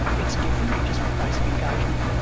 it's different, just basic engagement.